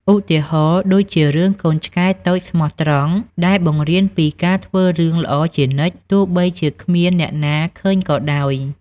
ឧទាហរណ៍ដូចជា រឿង កូនឆ្កែតូចស្មោះត្រង់ ដែលបង្រៀនពីការធ្វើរឿងល្អជានិច្ច ទោះបីជាគ្មានអ្នកណាឃើញក៏ដោយ។